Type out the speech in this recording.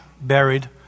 buried